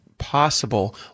possible